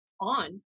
on